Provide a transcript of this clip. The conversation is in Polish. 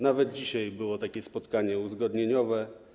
Nawet dzisiaj było takie spotkanie uzgodnieniowe.